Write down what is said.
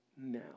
now